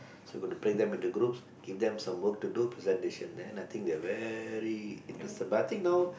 so got to break them into groups give them some work to do presentation then I think they're very interested I think you know